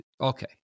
okay